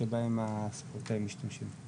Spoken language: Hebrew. שבהן הספורטאים משתמשים.